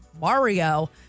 Mario